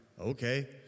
okay